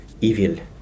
evil